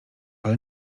ale